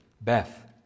Beth